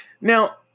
Now